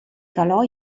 calò